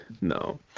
No